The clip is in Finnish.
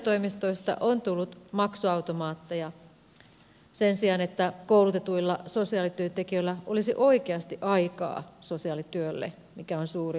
sosiaalitoimistoista on tullut maksuautomaatteja sen sijaan että koulutetuilla sosiaalityöntekijöillä olisi oikeasti aikaa sosiaalityölle mikä on suuri sääli